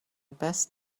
best